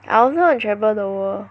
I also want to travel the world